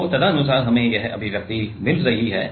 तो तदनुसार हमें यह अभिव्यक्ति मिल रही है